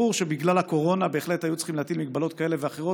ברור שבגלל הקורונה בהחלט היו צריכים להטיל מגבלות כאלה ואחרות,